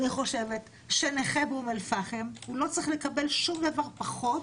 אני חושבת שנכה באום אל-פחם לא צריך לקבל שום דבר פחות